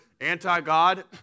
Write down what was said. anti-God